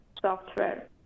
software